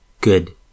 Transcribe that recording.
good